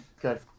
Good